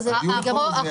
הדיון פה זה החוק.